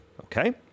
Okay